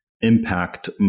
impact